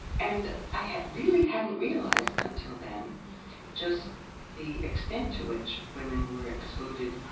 and i really hadn't realized until then just the extent to which women were excluded